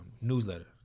newsletter